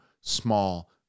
small